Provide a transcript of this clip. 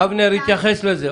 אבנר התייחס לזה.